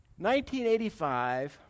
1985